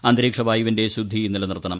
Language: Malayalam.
അന്തരീക്ഷ വായുവിന്റെ ശുദ്ധി നില നിർത്തണം